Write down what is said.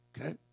okay